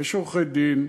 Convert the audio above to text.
יש עורכי-דין,